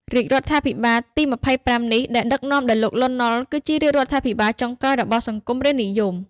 រាជរដ្ឋាភិបាលទី ២៥ នេះ ដែលដឹកនាំដោយលោក លន់ នល់ គឺជា រាជរដ្ឋាភិបាលចុងក្រោយ របស់សង្គមរាស្ត្រនិយម។